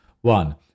One